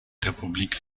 republik